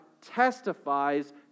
testifies